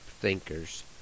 thinkers